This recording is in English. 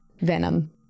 Venom